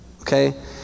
okay